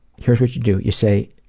here's what you do. you say,